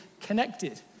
connected